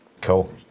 Cool